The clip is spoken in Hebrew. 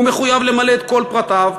הוא מחויב למלא את כל פרטיו.